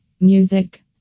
Music